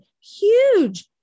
huge